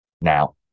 Now